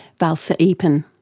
valsa eapen.